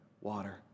water